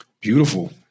Beautiful